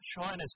China's